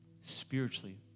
spiritually